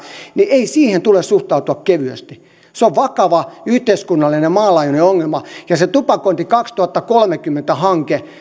niin ei siihen tule suhtautua kevyesti se on vakava yhteiskunnallinen ja maanlaajuinen ongelma ja se tupakointi kaksituhattakolmekymmentä hanke